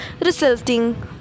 resulting